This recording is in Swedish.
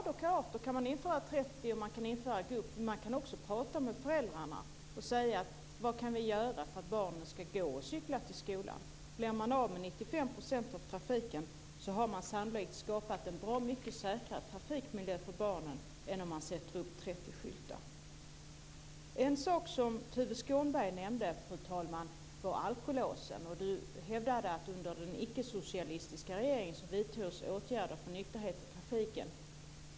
Då kan man införa 30-gräns, och man kan införa gupp. Men man kan också prata med föräldrarna och fråga: Vad kan vi göra för att barnen ska gå och cykla till skolorna? Blir man av med 95 % av trafiken så har man sannolikt skapat en bra mycket säkrare trafikmiljö för barnen än om man sätter upp 30-skyltar. En sak som Tuve Skånberg nämnde, fru talman, var alkolåsen. Han hävdade att under den ickesocialistiska regeringen vidtogs åtgärder för nykterhet i trafiken.